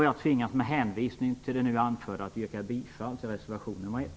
Jag tvingas att med hänvisning till det nu anförda yrka bifall till reservation nr 1.